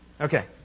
Okay